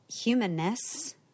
humanness